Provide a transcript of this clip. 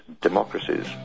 democracies